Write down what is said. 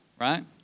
Right